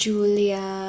Julia